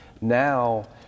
Now